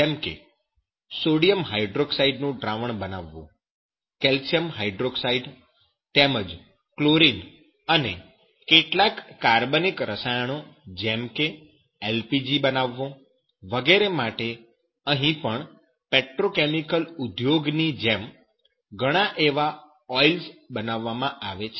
જેમ કે sodium hydroxide નું દ્રાવણ બનાવવું કેલ્શિયમ હાઈડ્રોક્સાઈડ તેમજ ક્લોરીન અને કેટલાક કાર્બનિક રસાયણો જેમ કે LPG બનાવવો વગેરે માટે અહીં પણ પેટ્રોકેમિકલ ઉદ્યોગોની જેમ ઘણા એવાં ઓઈલ્સ બનાવવામાં આવે છે